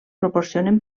proporcionen